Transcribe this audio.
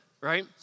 right